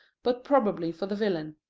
but probably for the villain.